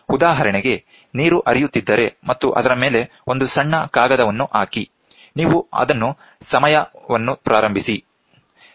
ಉದಾಹರಣೆಗೆ ನೀರು ಹರಿಯುತ್ತಿದ್ದರೆ ಮತ್ತು ಅದರ ಮೇಲೆ ಒಂದು ಸಣ್ಣ ಕಾಗದವನ್ನು ಹಾಕಿ ನೀವು ಅದನ್ನು ಸಮಯವನ್ನು ಪ್ರಾರಂಭಿಸಿ ಸರಿ